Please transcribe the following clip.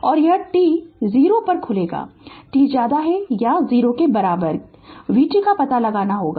और यह t 0 पर खुलेगा t या 0 के बराबर के लिए v t का पता लगाना होगा